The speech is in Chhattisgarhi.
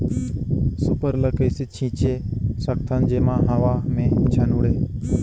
सुपर ल कइसे छीचे सकथन जेमा हवा मे झन उड़े?